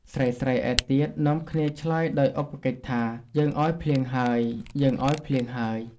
ស្រីៗឯទៀតនាំគ្នាឆ្លើយដោយឧបកិច្ចថា យើងឲ្យភ្លៀងហើយ! យើងឲ្យភ្លៀងហើយ ! ។